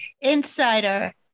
Insider